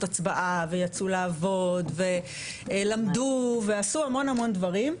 הצבעה ויצאו לעבוד ולמדו ועשו המון דברים,